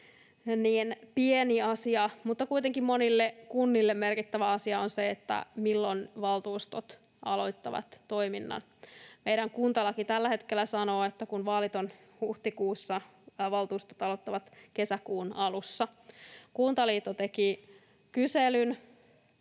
pieni mutta kuitenkin monille kunnille merkittävä asia on se, milloin valtuustot aloittavat toiminnan. Meidän kuntalaki tällä hetkellä sanoo, että kun vaalit ovat huhtikuussa, valtuustot aloittavat kesäkuun alussa. Kuntaliitto teki kyselyn,